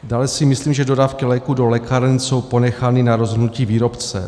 Dále si myslím, že dodávky léků do lékáren jsou ponechány na rozhodnutí výrobce.